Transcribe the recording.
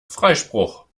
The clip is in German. freispruch